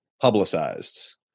publicized